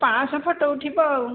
ପାଞ୍ଚଶହ ଫଟୋ ଉଠିବ ଆଉ